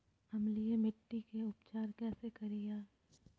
अम्लीय मिट्टी के उपचार कैसे करियाय?